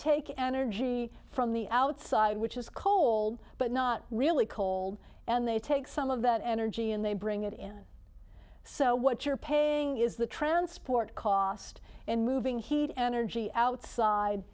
take energy from the outside which is cold but not really cold and they take some of that energy and they bring it in so what you're paying is the transport cost and moving heat energy outside